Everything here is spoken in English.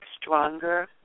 stronger